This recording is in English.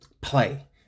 play